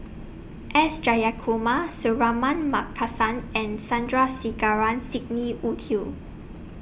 S Jayakumar Suratman Markasan and Sandrasegaran Sidney Woodhull